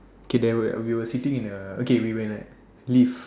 kay there were we were sitting in a okay we were in a lift